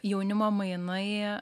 jaunimo mainai